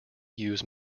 use